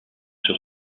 sur